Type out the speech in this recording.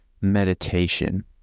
meditation